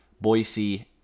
Boise